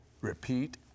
Repeat